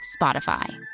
Spotify